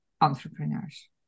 entrepreneurs